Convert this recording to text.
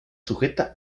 sujeta